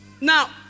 Now